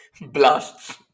blasts